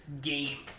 Game